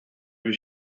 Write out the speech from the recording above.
bir